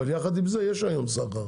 אבל יחד עם זה יש היום סחר,